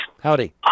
Howdy